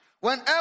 Whenever